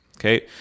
Okay